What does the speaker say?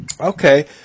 Okay